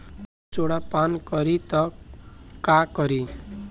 पशु सोडा पान करी त का करी?